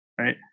Right